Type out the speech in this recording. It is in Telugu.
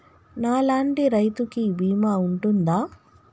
నా లాంటి రైతు కి బీమా ఉంటుందా?